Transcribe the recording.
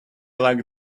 like